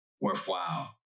worthwhile